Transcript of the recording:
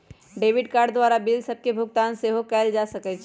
debit card द्वारा bill सभके भुगतान सेहो कएल जा सकइ छै